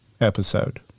episode